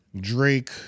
Drake